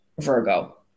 Virgo